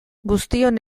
guztion